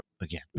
Again